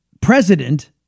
President